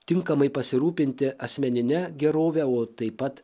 tinkamai pasirūpinti asmenine gerove o taip pat